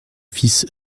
fils